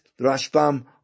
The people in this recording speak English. Rashbam